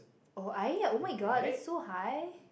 oh !aiya! oh-my-god that's so high